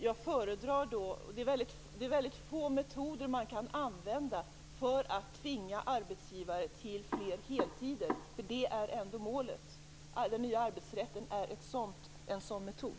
Det finns emellertid väldigt få metoder att använda för att tvinga arbetsgivare till fler heltider, vilket ändå är målet. Den nya arbetsrätten är en sådan metod.